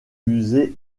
musées